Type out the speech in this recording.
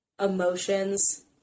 emotions